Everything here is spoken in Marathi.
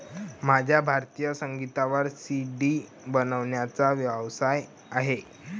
माझा भारतीय संगीतावर सी.डी बनवण्याचा व्यवसाय आहे